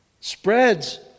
Spreads